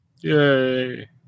Yay